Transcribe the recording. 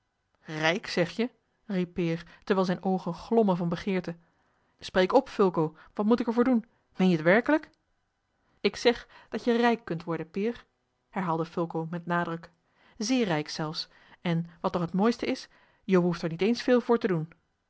rijk zeg je riep peer terwijl zijne oogen glommen van begeerte spreek op fulco wat moet ik er voor doen meen je het werkelijk ik zeg dat je rijk kunt worden peer herhaalde fulco met nadruk zeer rijk zelfs en wat nog het mooiste is je behoeft er niet eens veel voor te doen